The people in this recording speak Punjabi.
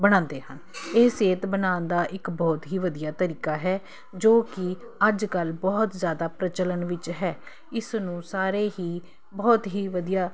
ਬਣਾਉਂਦੇ ਹਨ ਇਹ ਸਿਹਤ ਬਣਾਉਣ ਦਾ ਇੱਕ ਬਹੁਤ ਹੀ ਵਧੀਆ ਤਰੀਕਾ ਹੈ ਜੋ ਕਿ ਅੱਜ ਕੱਲ੍ਹ ਬਹੁਤ ਜ਼ਿਆਦਾ ਪ੍ਰਚਲਨ ਵਿੱਚ ਹੈ ਇਸ ਨੂੰ ਸਾਰੇ ਹੀ ਬਹੁਤ ਹੀ ਵਧੀਆ